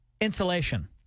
Insulation